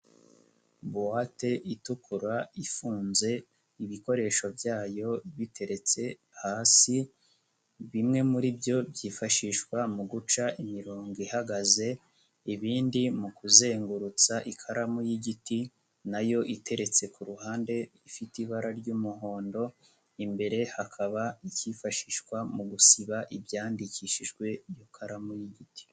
Buwate itukura ifunze ibikoresho byayo biteretse hasi bimwe muri byo byifashishwa mu guca imirongo ihagaze, ibindi mu kuzengurutsa, ikaramu y'igiti nayo iteretse ku ruhande ifite ibara ry'umuhondo, imbere hakaba icyifashishwa mu gusiba ibyandikishijwe iyo karamu y'igiti.